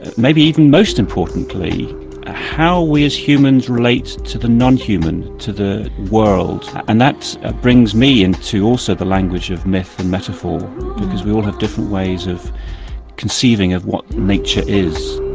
and maybe even most importantly how we as humans relate to the non-human, to the world. and that ah brings me into also the language of metaphor metaphor because we all have different ways of conceiving of what nature is.